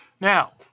Now